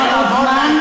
נתתי לך עוד זמן.